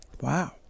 Wow